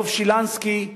דב שילנסקי,